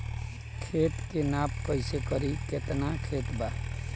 खेत के नाप कइसे करी की केतना खेत बा?